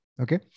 Okay